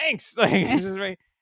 Thanks